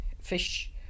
fish